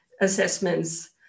assessments